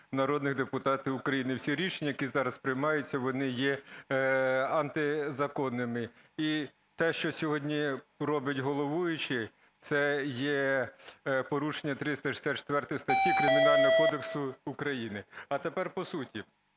народних депутатів України. Усі рішення, які зараз приймаються, вони є антизаконними. І те, що сьогодні робить головуючий, - це є порушення 364 статті Кримінального кодексу України. А тепер по суті.